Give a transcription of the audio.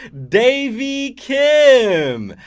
davey kim! um